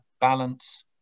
Balance